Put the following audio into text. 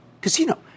casino